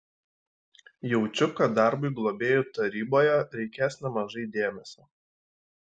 jaučiu kad darbui globėjų taryboje reikės nemažai dėmesio